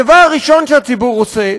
הדבר הראשון שהציבור רוצה,